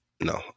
no